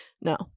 no